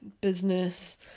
business